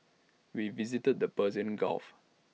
we visited the Persian gulf